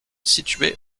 situé